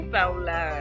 Paula